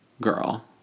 girl